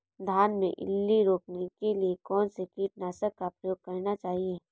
धान में इल्ली रोकने के लिए कौनसे कीटनाशक का प्रयोग करना चाहिए?